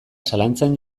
zalantzan